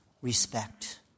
respect